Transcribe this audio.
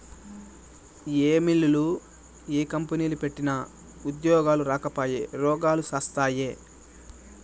ఏ మిల్లులు, కంపెనీలు పెట్టినా ఉద్యోగాలు రాకపాయె, రోగాలు శాస్తాయే